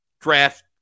draft